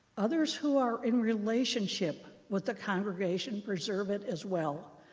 others who are in relationship with the congregation preserve it as well,